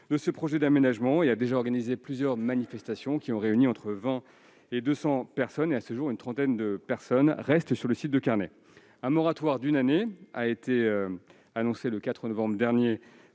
ce projet d'aménagement. Il a déjà organisé plusieurs manifestations, qui ont réuni entre 20 et 200 personnes. À ce jour, une trentaine de personnes restent sur le site du Carnet. Un moratoire d'une année a été annoncé le 4 novembre dernier